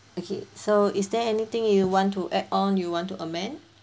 okay so is there anything you want to add on you want to amend